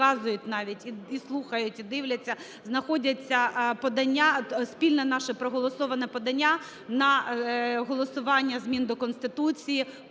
показують навіть, і слухають, і дивляться, знаходиться подання наше, спільно проголосоване подання на голосування змін до Конституції